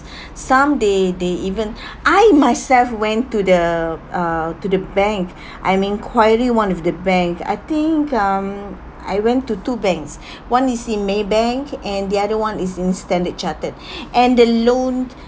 some day they even I myself went to the uh to the bank I enquiry one of the bank I think um I went to two banks one is in Maybank and the other one is in Standard Chartered and the loan